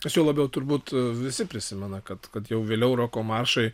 tačiau labiau turbūt visi prisimena kad kad jau vėliau roko maršai